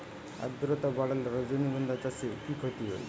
আদ্রর্তা বাড়লে রজনীগন্ধা চাষে কি ক্ষতি হয়?